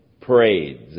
parades